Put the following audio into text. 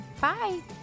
Bye